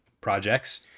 projects